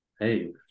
hey